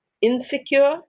insecure